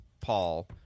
Paul